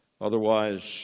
Otherwise